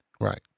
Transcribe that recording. Right